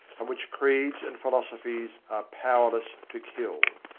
and which creeds and philosophies are powerless to kill.